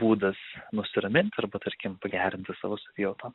būdas nusiraminti arba tarkim pagerinti savo savijautą